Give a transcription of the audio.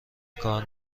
کار